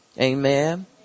Amen